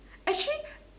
actually